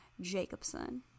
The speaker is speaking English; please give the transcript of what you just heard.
Jacobson